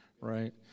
right